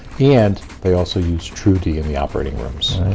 and they also use tru-d in the operating rooms.